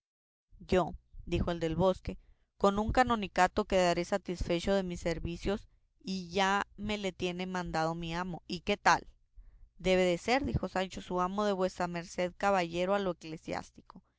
yo dijo el del bosque con un canonicato quedaré satisfecho de mis servicios y ya me le tiene mandado mi amo y qué tal debe de ser dijo sancho su amo de vuesa merced caballero a lo